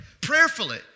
Prayerfully